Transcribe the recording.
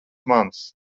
manis